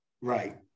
Right